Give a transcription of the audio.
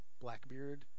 Blackbeard